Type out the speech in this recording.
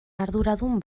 arduradun